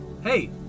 hey